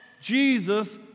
Jesus